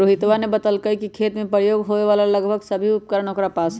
रोहितवा ने बतल कई कि खेत में प्रयोग होवे वाला लगभग सभी उपकरण ओकरा पास हई